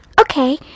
Okay